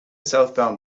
southbound